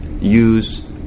use